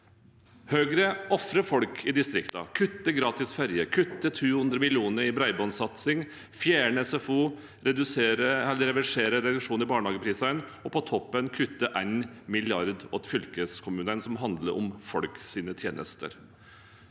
Høyre ofrer folk i distriktene. De kutter gratis ferje, kutter 200 mill. kr i bredbåndsatsing, fjerner SFO, reverserer reduksjonen i barnehageprisene, og på toppen av det kutter de 1 mrd. kr til fylkeskommunene, som handler om folks tjenester.